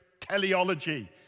teleology